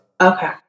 Okay